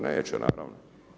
Neće naravno.